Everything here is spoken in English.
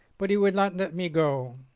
but he would not let me go.